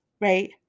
right